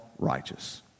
righteous